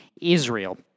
Israel